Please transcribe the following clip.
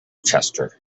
chester